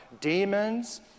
demons